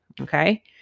Okay